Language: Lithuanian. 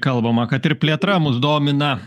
kalbama kad ir plėtra mus domina